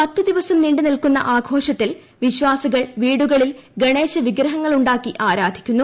പത്ത് ദിവസം നീണ്ട് നിൽക്കുന്ന ആഘോഷത്തിൽ വിശ്വാസികൾ വീടുകളിൽ ഗണേശ വിഗ്രഹങ്ങളുണ്ടാക്കി ആരാധിക്കുന്നു